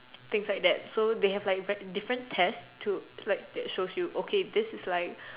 things like that so they have like different test that like shows you this is like